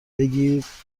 بگیرمامان